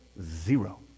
Zero